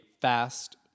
fast